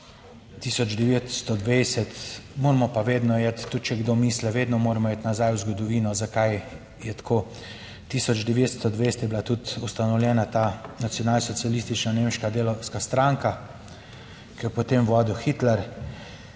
1920, moramo pa vedno iti, tudi če kdo misli, vedno moramo iti nazaj v zgodovino, zakaj je tako. 1920 je bila tudi ustanovljena ta nacionalsocialistična nemška delavska stranka, ki jo je potem vodil Hitler.